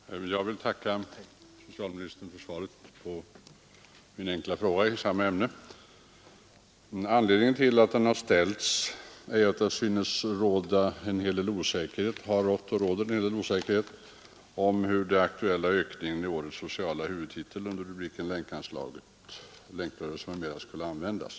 Herr talman! Jag vill tacka socialministern för svaret på min enkla fråga. Anledningen till att den ställts är att det har rått och råder en hel del osäkerhet om hur den aktuella ökningen i årets sociala huvudtitel under rubriken Länkrörelsen m.m. skulle användas.